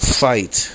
fight